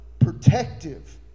protective